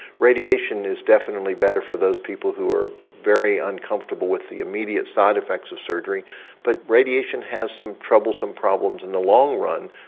radiation is definitely better for those people who are very uncomfortable with the immediate side effects of surgery but radiation has some troublesome problems in the long run.